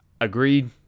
Agreed